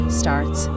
starts